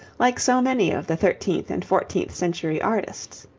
like so many of the thirteenth and fourteenth century artists.